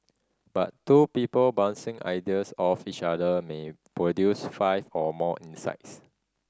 but two people bouncing ideas off each other may produce five or more insights